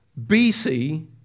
BC